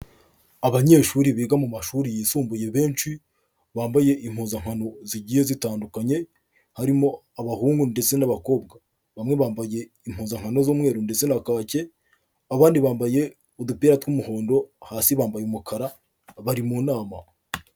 Abanyeshuri biga mu mashuri yisumbuye benshi bambaye impuzankano zigiye zitandukanye harimo abahungu ndetse n'abakobwa, bamwe bambaye impuzankano z'umweru ndetse na kake, abandi bambaye udupira tw'umuhondo hasi bambaye umukara bari mu nama.